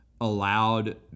Allowed